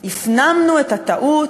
הפנמנו את הטעות,